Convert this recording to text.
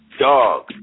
Dog